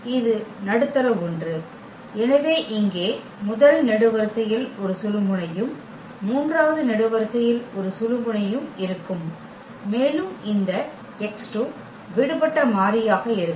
இந்த நடுத்தர ஒன்று எனவே இங்கே முதல் நெடுவரிசையில் ஒரு சுழுமுனையும் மூன்றாவது நெடுவரிசையில் ஒரு சுழுமுனையும் இருக்கும் மேலும் இந்த x 2 விடுபட்ட மாறியாக இருக்கும்